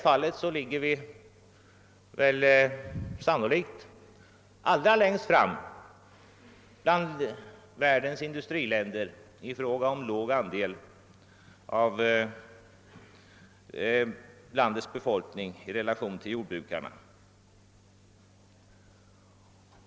Sverige ligger sannolikt lägst bland världens industriländer, när det gäller den andel av befolkningen som är sysselsatt i jordbruket.